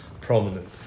prominent